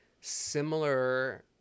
similar